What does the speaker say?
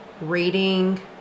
reading